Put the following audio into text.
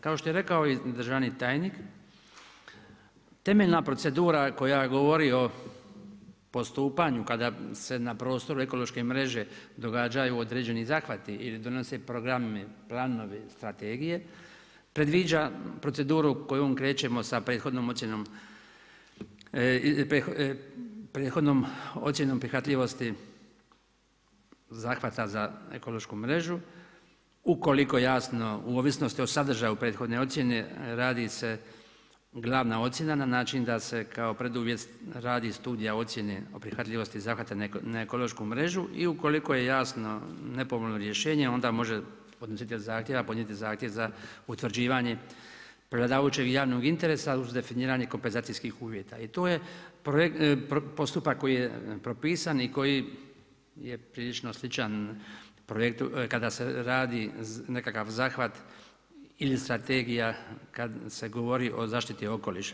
Kao što je i rekao i državni tajnik temeljna procedura koja govori o postupanju kada se na prostoru ekološke mreže događaju određeni zahvati ili donose programi, planovi i strategije predviđa proceduru kojom krećemo sa prethodnom ocjenom, prethodnom ocjenom prihvatljivosti zahvata za ekološku mrežu ukoliko jasno u ovisnosti o sadržaju prethodne ocjene radi se glavna ocjena na način da se kao preduvjet radi studija ocjene o prihvatljivosti zahvata na ekološku mrežu i ukoliko je jasno nepovoljno rješenje onda može podnositelj zahtjeva podnijeti zahtjev za utvrđivanje prevladavajućeg javnog interesa uz definiranje kompenzacijskih uvjeta i to je postupak koji je propisan i koji je prilično sličan projektu kada se radi nekakav zahvat ili strategija kad se govori o zaštiti okoliša.